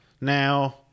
Now